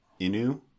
Inu